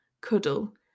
Cuddle